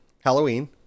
halloween